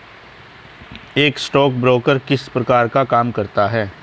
एक स्टॉकब्रोकर किस प्रकार का काम करता है?